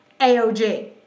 AOG